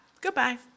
Goodbye